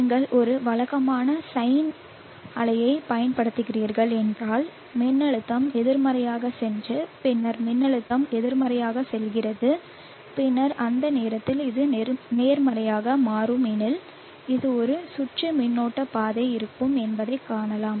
நீங்கள் ஒரு வழக்கமான சைன் அலையைப் பயன்படுத்துகிறீர்கள் என்றால் மின்னழுத்தம் எதிர்மறையாகச் சென்று பின்னர் மின்னழுத்தம் எதிர்மறையாகச் செல்கிறது பின்னர் அந்த நேரத்தில் இது நேர்மறையாக மாறும் எனில் இது ஒரு சுற்று மின்னோட்ட பாதை இருக்கும் என்பதைக் காணலாம்